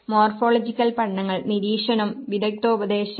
morphological പഠനങ്ങൾ നിരീക്ഷണം വിദഗ്ദ്ധോപദേശം